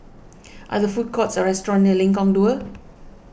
are there food courts or restaurants near Lengkong Dua